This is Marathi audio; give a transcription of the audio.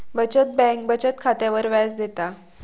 बचत बँक बचत खात्यावर व्याज देता